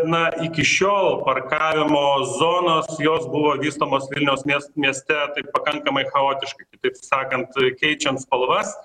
na iki šiol parkavimo zonos jos buvo vystomos vilniaus miest mieste pakankamai chaotiškai taip sakant keičiant spalvas